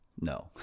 No